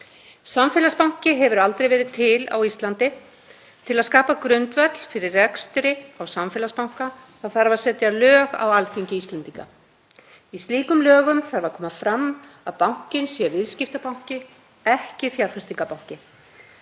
Samfélagsbanki hefur aldrei verið til á Íslandi. Til að skapa grundvöll fyrir rekstri á samfélagsbanka þarf að setja lög á Alþingi Íslendinga. Í slíkum lögum þarf að koma fram að bankinn sé viðskiptabanki, ekki fjárfestingarbanki.